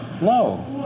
No